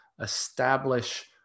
establish